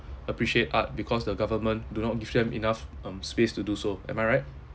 appreciate art because the government do not give them enough um space to do so am I right